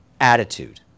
attitude